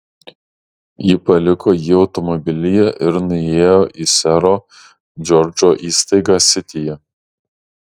ji paliko jį automobilyje ir nuėjo į sero džordžo įstaigą sityje